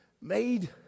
made